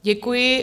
Děkuji.